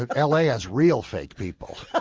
ah l a. has real fake people.